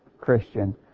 Christian